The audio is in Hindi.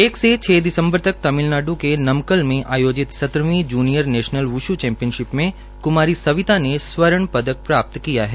एक से छ दिसम्बर तक तमिलनाडू के नकल में आयोजित सत्रहवीं जूनियन नैशनल व्श चैम्पियनशिप में कुमारी सविता ने स्वर्ण पदक प्राप्त् किया है